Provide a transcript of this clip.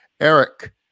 Eric